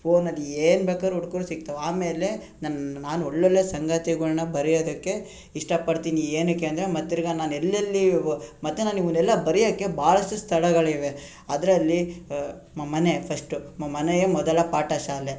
ಫೋನಲ್ಲಿ ಏನು ಬೇಕಾದ್ರು ಹುಡ್ಕುದ್ರು ಸಿಗ್ತಾವೆ ಆಮೇಲೆ ನಾನು ನಾನು ಒಳ್ಳೊಳ್ಳೆಯ ಸಂಗತಿಗಳ್ನ ಬರೆಯೋದಕ್ಕೆ ಇಷ್ಟಪಡ್ತೀನಿ ಏನಕ್ಕೆ ಅಂದರೆ ಮತ್ತೆ ತಿರ್ಗಿ ನಾನು ಎಲ್ಲೆಲ್ಲಿ ಹೊ ಮತ್ತು ನಾನು ಇವನ್ನೆಲ್ಲ ಬರೆಯಕ್ಕೆ ಭಾಳಷ್ಟು ಸ್ಥಳಗಳಿವೆ ಅದರಲ್ಲಿ ಮ ಮನೆ ಫಸ್ಟು ಮ ಮನೆಯೇ ಮೊದಲ ಪಾಠ ಶಾಲೆ